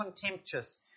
contemptuous